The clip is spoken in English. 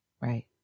Right